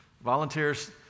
Volunteers